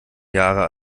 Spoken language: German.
jahre